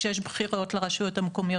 כשיש בחירות לרשויות המקומיות,